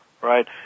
Right